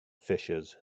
fishes